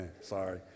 Sorry